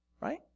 right